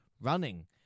running